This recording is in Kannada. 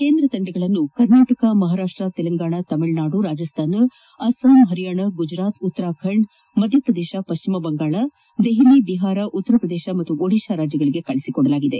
ಕೇಂದ್ರ ತಂಡಗಳನ್ನು ಕರ್ನಾಟಕ ಮಹಾರಾಷ್ಟ ತೆಲಂಗಾಣ ತಮಿಳುನಾಡು ರಾಜಸ್ದಾನ ಅಸ್ಸಾಂ ಹರಿಯಾಣ ಗುಜರಾತ್ ಉತ್ತರಾಖಂಡ ಮಧ್ಯಪ್ರದೇಶ ಪಶ್ಚಿಮ ಬಂಗಾಳ ದೆಹಲಿ ಬಿಹಾರ ಉತ್ತರ ಪ್ರದೇಶ ಮತ್ತು ಒದಿಶಾದಲ್ಲಿ ನಿಯೋಜಿಸಲಾಗಿದೆ